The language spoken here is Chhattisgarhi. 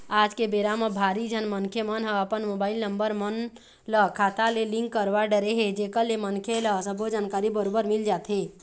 आज के बेरा म भारी झन मनखे मन ह अपन मोबाईल नंबर मन ल खाता ले लिंक करवा डरे हे जेकर ले मनखे ल सबो जानकारी बरोबर मिल जाथे